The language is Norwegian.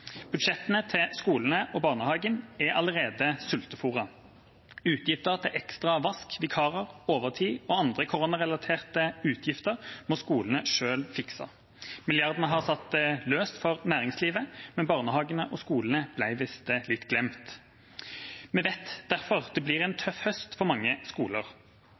Budsjettene til skole og barnehage er allerede sultefôret. Utgifter til ekstra vask, vikarer, overtid og andre koronarelaterte utgifter må skolene fikse selv. Milliardene har sittet løst for næringslivet, men barnehagene og skolene ble visst litt glemt. Vi vet derfor at det blir en tøff høst for mange skoler.